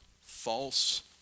false